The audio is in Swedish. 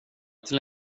till